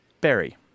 berry